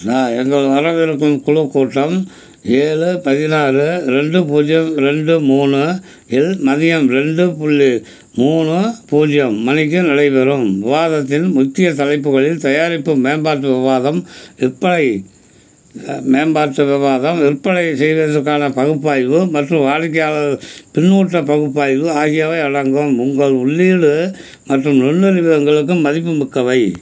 sir எங்கள் வரவிருக்கும் குழு கூட்டம் ஏழு பதினாறு ரெண்டு பூஜ்ஜியம் ரெண்டு மூணு இல் மதியம் ரெண்டு புள்ளி மூணு பூஜ்ஜியம் மணிக்கு நடைபெறும் விவாதத்தின் முக்கிய தலைப்புகளில் தயாரிப்பு மேம்பாட்டு விவாதம் விற்பனை மேம்பாட்டு விவாதம் விற்பனை செய்வதற்கான பகுப்பாய்வு மற்றும் வாடிக்கையாளர் பின்னூட்டப் பகுப்பாய்வு ஆகியவை அடங்கும் உங்கள் உள்ளீடு மற்றும் நுண்ணறிவு எங்களுக்கு மதிப்புமிக்கவை